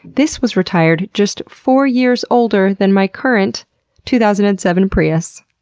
this was retired just four years older than my current two thousand and seven prius.